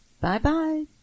bye-bye